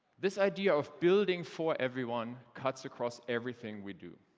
this idea of building for everyone cuts across everything we do,